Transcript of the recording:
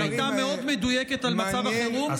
הייתה מאוד מדויקת על מצב החירום.